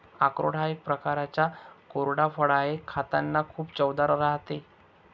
अक्रोड हा एक प्रकारचा कोरडा फळ आहे, खातांना खूप चवदार राहते